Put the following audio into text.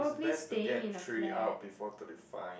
is best to get three out before thirty five